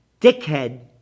dickhead